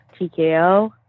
TKO